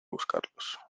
buscarlos